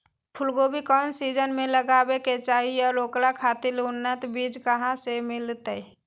फूलगोभी कौन सीजन में लगावे के चाही और ओकरा खातिर उन्नत बिज कहा से मिलते?